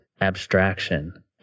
abstraction